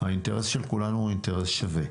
האינטרס של כולנו הוא אינטרס שווה.